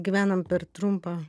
gyvename per trumpą